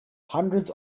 hundreds